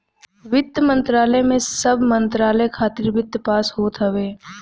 वित्त मंत्रालय में सब मंत्रालय खातिर वित्त पास होत हवे